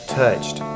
touched